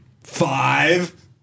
Five